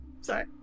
Sorry